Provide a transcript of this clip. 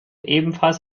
ebenfalls